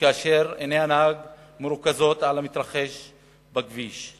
כאשר עיני הנהג, המרוכזות במתרחש בכביש,